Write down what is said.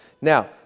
Now